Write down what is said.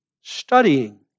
studying